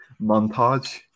montage